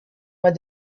mois